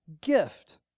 gift